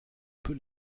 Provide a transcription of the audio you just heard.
peu